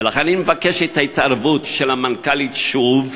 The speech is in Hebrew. ולכן אני מבקש את ההתערבות של המנכ"לית שוב,